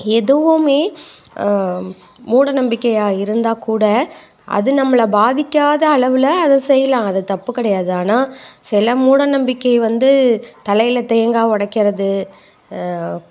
எதுவுமே மூட நம்பிக்கையாக இருந்தால் கூட அது நம்மள பாதிக்காத அளவில் அது செய்யலாம் அது தப்பு கிடையாது ஆனால் சில மூட நம்பிக்கை வந்து தலையில் தேங்காய் உடைக்கிறது